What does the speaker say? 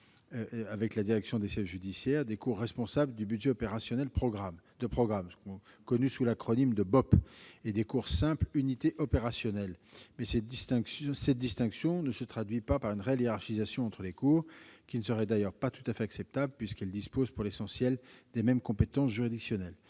avec la direction des services judiciaires, des cours responsables du budget opérationnel de programme- connu sous le sigle BOP -et d'autres, simples unités opérationnelles. Mais cette distinction ne se traduit pas par une réelle hiérarchisation, laquelle ne serait pas tout à fait acceptable, les cours disposant pour l'essentiel des mêmes compétences juridictionnelles.